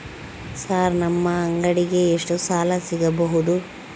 Sir ನಮ್ಮ ಅಂಗಡಿಗೆ ಎಷ್ಟು ಸಾಲ ಸಿಗಬಹುದು?